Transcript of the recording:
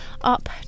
up